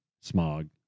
smog